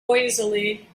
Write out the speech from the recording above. noisily